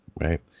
right